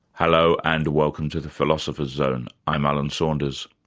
hello, and welcome to the philosopher's zone. i'm alan saunders.